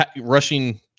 rushing